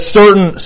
certain